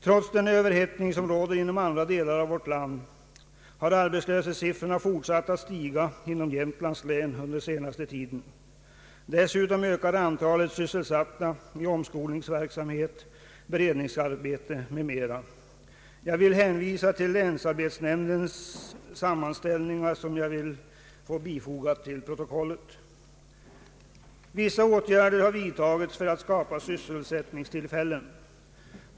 Trots den överhettning som råder inom andra delar av vårt land har arbetslöshetssiffrorna fortsatt att stiga inom Jämtlands län under senaste tiden. Dessutom ökar antalet sysselsatta i omskolningsverksamhet, beredskapsarbete m.m. Jag vill hänvisa till länsarbetsnämndens sammanställningar, som jag ber att få bifoga till protokollet . Vissa åtgärder har vidtagits för att skapa sysselsättningstillfällen.